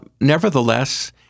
nevertheless